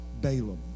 Balaam